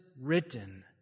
written